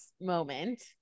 moment